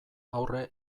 aurre